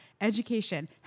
education